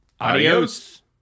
adios